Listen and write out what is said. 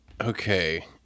Okay